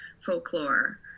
folklore